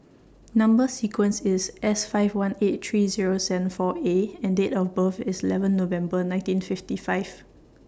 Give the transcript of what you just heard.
Number sequence IS S five eighteen three Zero seven four A and Date of birth IS eleven November nineteen fifty five